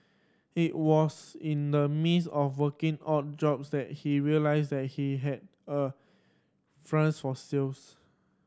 it was in the midst of working odd jobs that he realised that he had a for sales